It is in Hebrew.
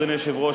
אדוני היושב-ראש,